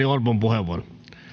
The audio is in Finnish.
orpon puheenvuoro